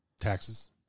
Taxes